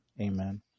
Amen